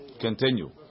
Continue